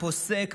פוסק,